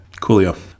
coolio